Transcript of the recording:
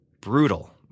brutal